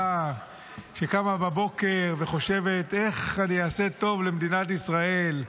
שקמה בבוקר וחושבת: איך אני אעשה טוב למדינת ישראל,